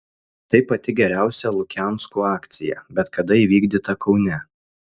tai pati geriausia lukianskų akcija bet kada įvykdyta kaune